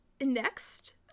Next